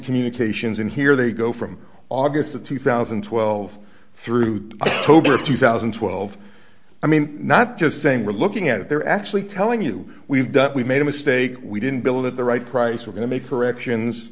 communications and here they go from august of two thousand and twelve through to over two thousand and twelve i mean not just saying we're looking at it they're actually telling you we've done we made a mistake we didn't build it the right price we're going to make corrections